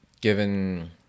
given